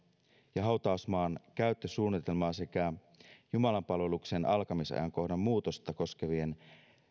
ja hautausmaan käyttösuunnitelmaa sekä jumalanpalveluksen alkamisajankohdan muutosta koskevien